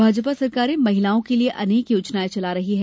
भाजपा सरकारें महिलाओं के लिए अनेक योजनायें चला रही हैं